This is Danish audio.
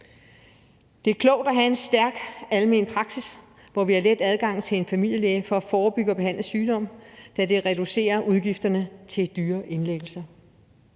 Det er klogt at have en stærk almen praksis, hvor vi har let adgang til en familielæge for at forebygge og behandle sygdom, da det reducerer udgifterne til dyre indlæggelser.